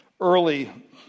early